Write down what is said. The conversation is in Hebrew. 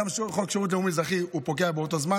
גם שירות לאומי אזרחי פוקע באותו זמן.